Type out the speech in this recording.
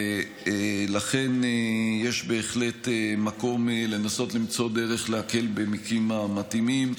לכן יש בהחלט מקום לנסות למצוא דרך להקל במקרים המתאימים.